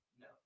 no